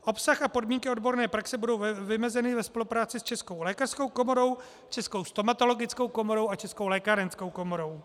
Obsah a podmínky odborné praxe budou vymezeny ve spolupráci s Českou lékařskou komorou, Českou stomatologickou komorou a Českou lékárenskou komorou.